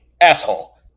asshole